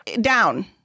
down